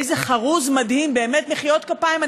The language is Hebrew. איזה חרוז מדהים, באמת, מחיאות כפיים.